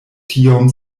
tiom